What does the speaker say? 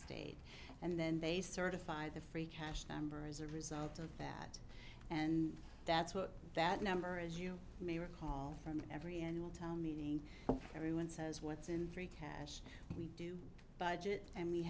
state and then they certify the free cash number as a result of that and that's what that number as you may recall from every annual town meeting everyone says what's in free cash we do budget and we